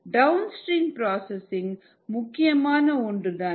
down stream processing முக்கியமான ஒன்றுதான்